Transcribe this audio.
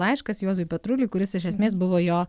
laiškas juozui petruliui kuris iš esmės buvo jo